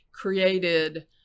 created